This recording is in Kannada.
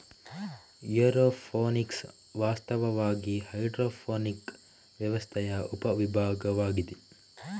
ಏರೋಪೋನಿಕ್ಸ್ ವಾಸ್ತವವಾಗಿ ಹೈಡ್ರೋಫೋನಿಕ್ ವ್ಯವಸ್ಥೆಯ ಉಪ ವಿಭಾಗವಾಗಿದೆ